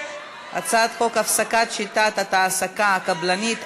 הצעת חוק הפסקת שיטת ההעסקה הקבלנית,